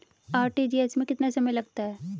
RTGS में कितना समय लगता है?